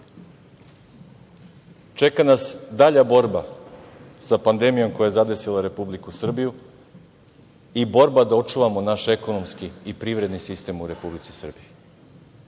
nas dalja borba sa pandemijom koja je zadesila Republiku Srbiju i borba da očuvamo naš ekonomski i privredni sistem u Republici Srbiji.